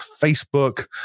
Facebook